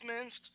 minced